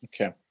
okay